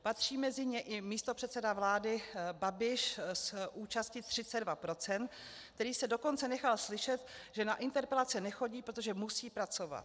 Patří mezi ně i místopředseda vlády Babiš s účastí 32 %, který se dokonce nechal slyšet, že na interpelace nechodí, protože musí pracovat.